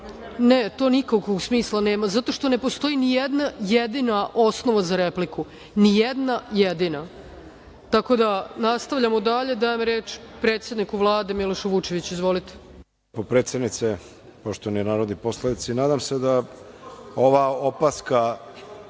to nikakvog smisla nema zato što ne postoji ni jedna jedina osnova za repliku. Ni jedna jedina. Tako da nastavljamo dalje. Dajem reč predsedniku Vlade Milošu Vučeviću. Izvolite. **Miloš Vučević** Poštovana predsednice, poštovani narodni poslanici, nadam se da ova opaska